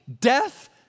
death